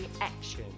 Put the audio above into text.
action